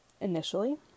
initially